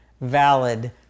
valid